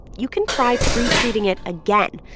you can try pretreating it again.